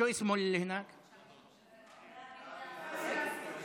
להעביר את הצעת חוק התכנון והבנייה (תיקון מס' 136)